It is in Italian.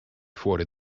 fuori